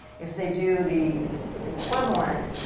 if they do the equivalent,